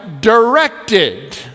directed